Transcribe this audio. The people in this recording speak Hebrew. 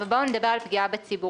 ובואו נדבר על פגיעה בציבור.